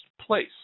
place